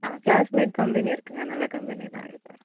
ஆ classmate company இருக்குதுங்க நல்ல company தான் எடுத்துத் தரேன்